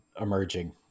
emerging